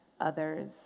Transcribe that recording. others